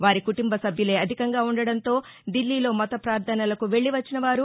వారి కుటుంబ నభ్యులే అధికంగా ఉండటంతో దిల్లీలో మత ప్రార్దనలకు వెళ్ళి వచ్చినవారు